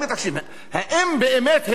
האם באמת הם מבינים